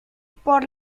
por